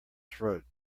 throat